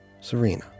Serena